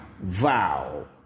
vow